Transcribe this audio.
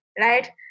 Right